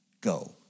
go